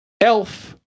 elf